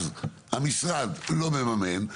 אז המשרד לא מממן,